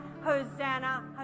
Hosanna